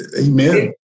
Amen